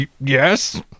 Yes